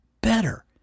better